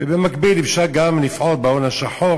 ובמקביל אפשר גם לפעול נגד ההון השחור,